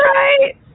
right